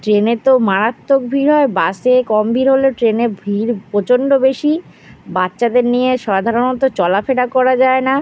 ট্রেনে তো মারাত্মক ভিড় হয় বাসে কম ভিড় হলেও ট্রেনে ভিড় প্রচণ্ড বেশি বাচ্চাদের নিয়ে সধারণত চলাফেরা করা যায় না